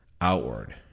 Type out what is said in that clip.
outward